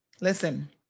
Listen